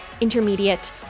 intermediate